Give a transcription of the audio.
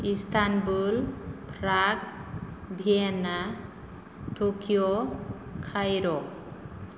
Istanbul prague Vienna Tokyo Cairo